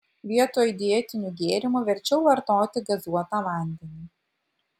vietoj dietinių gėrimų verčiau vartoti gazuotą vandenį